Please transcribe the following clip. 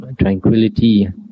tranquility